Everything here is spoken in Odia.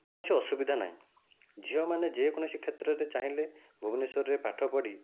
କୌଣସି ଅସୁବିଧା ନାହିଁ ଝିଅମାନେ ଯେକୌଣସି କ୍ଷେତ୍ରରେ ଚାହିଁଲେ ଭୁବନେଶ୍ଵରରେ ପାଠପଢ଼ି